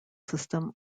system